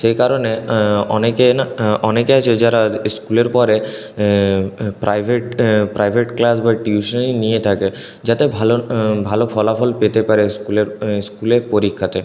সেই কারণে অনেকেই না অনেকে আছে যারা স্কুলের পরে প্রাইভেট প্রাইভেট ক্লাস বা টিউশনি নিয়ে থাকে যাতে ভালো ভালো ফলাফল পেতে পারে স্কুলের স্কুলের পরীক্ষাতে